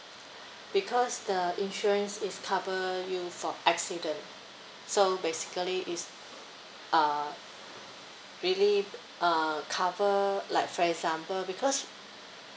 because the insurance is cover you for accident so basically it's uh really uh cover like for example because